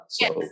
Yes